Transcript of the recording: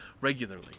regularly